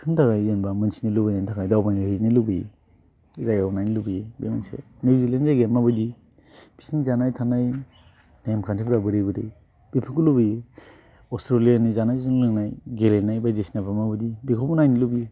बेफोरनि थाखाय जेनेबा मिनथिनो लुबैनायनि थाखाय दावबायहैनो लुबैयो जायगाखौ नायनो लुबोयो बे मोनसे निउजिलेन्ड जायगाया माबायदि बिसोरनि जानाय थानाय नेमखान्थिफोरा बोरै बोरै बेफोरखौ लुबैयो अस्ट्रेलियानि जानायजों लोंनाय गेलेनाय बायदिसिनाफोरा माबायदि बेखौबो नायनो लुबैयो